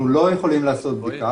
אנחנו לא יכולים לעשות בדיקה,